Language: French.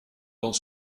dans